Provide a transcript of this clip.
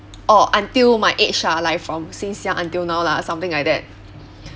orh until my age ah like from since young until now lah something like that